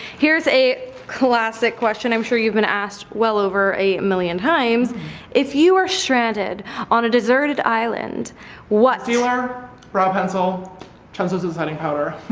here's a classic question, i'm sure you've been asked well over a million times if you are stranded on a deserted island what you are robbed pencil translucent setting powder?